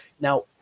Now